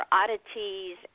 oddities